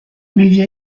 vit